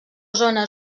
zona